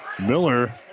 Miller